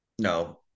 No